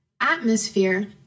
atmosphere